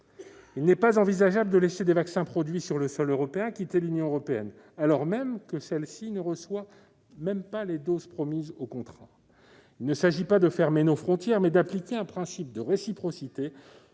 Il n'est pas envisageable de laisser des vaccins produits sur le sol européen quitter l'Union européenne alors que celle-ci ne reçoit même pas les doses promises dans le cadre des contrats. Il ne s'agit pas de fermer nos frontières mais d'appliquer un principe de réciprocité,